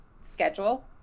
schedule